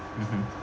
mmhmm